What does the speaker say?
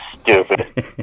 stupid